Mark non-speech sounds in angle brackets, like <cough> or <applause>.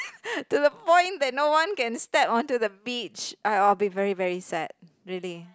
<laughs> to the point that no one can step onto the beach I I will be very very sad really